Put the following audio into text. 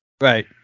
Right